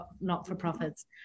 not-for-profits